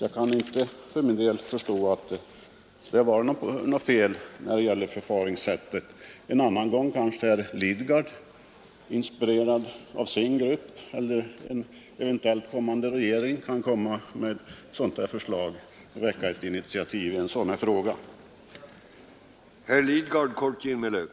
Jag kan för min del inte förstå, att det fanns något fel i detta förfaringssätt.